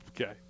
Okay